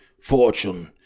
fortune